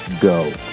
go